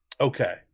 Okay